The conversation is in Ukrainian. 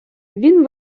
він